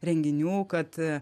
renginių kad